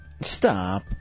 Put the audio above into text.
Stop